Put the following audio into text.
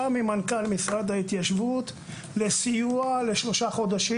ממנכ"ל משרד ההתיישבות לסיוע לשלושה חודשים,